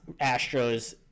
Astros